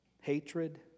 hatred